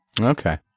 Okay